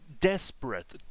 desperate